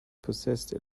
possessed